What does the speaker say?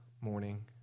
morning